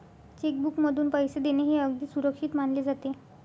check बुकमधून पैसे देणे हे अगदी सुरक्षित मानले जाते